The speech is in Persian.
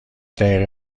دقیقه